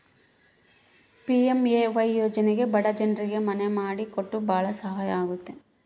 PMAY ಯೋಜನೆ ಬಡ ಜನ್ರಿಗೆ ಮನೆ ಮಾಡಿ ಕೊಟ್ಟು ಭಾಳ ಸಹಾಯ ಆಗುತ್ತ